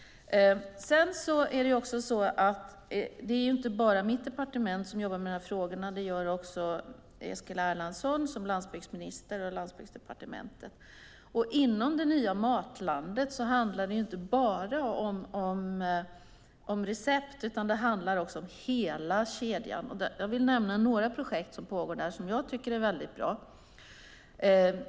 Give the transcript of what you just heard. Det är inte bara mitt departement som jobbar med frågorna. Det gör också Eskil Erlandsson som landsbygdsminister och Landsbygdsdepartementet. Inom Det nya matlandet handlar det inte bara om recept. Det handlar också om hela kedjan. Jag vill nämna några projekt som pågår där som jag tycker är väldigt bra.